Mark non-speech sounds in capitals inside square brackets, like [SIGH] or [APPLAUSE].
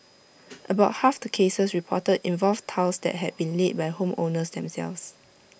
[NOISE] about half the cases reported involved tiles that had been laid by home owners themselves